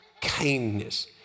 Kindness